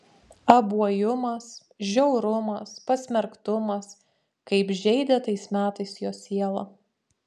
abuojumas žiaurumas pasmerktumas kaip žeidė tais metais jo sielą